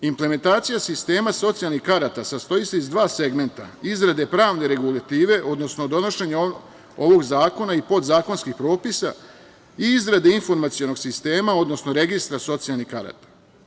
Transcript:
Implementacija sistema socijalnih karata sastoji se iz dva segmenta – izrade pravne regulative, odnosno donošenja ovog zakona i podzakonskih propisa i izrade informacionog sistema, odnosno registra socijalnih karata.